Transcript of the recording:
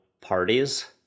parties